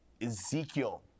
Ezekiel